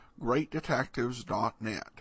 GreatDetectives.net